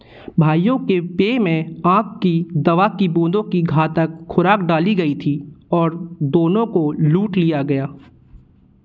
भाइयों के पेय में आँख की दवा की बूंदों की घातक खुराक डाली गई थी और दोनों को लूट लिया गया